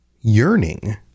yearning